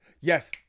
Yes